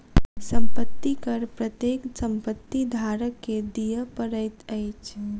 संपत्ति कर प्रत्येक संपत्ति धारक के दिअ पड़ैत अछि